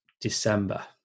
december